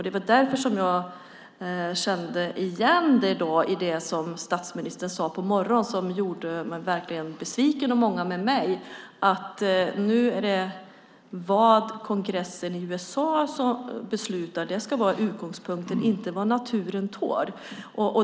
Det var därför jag kände igen det statsministern sade på morgonen och som verkligen gjorde mig och många andra besvikna: att nu är det vad kongressen i USA beslutar som ska vara utgångspunkten, inte vad naturen tål.